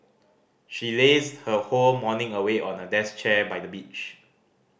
she lazed her whole morning away on a desk chair by the beach